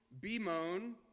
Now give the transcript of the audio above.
bemoan